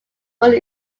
were